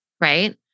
right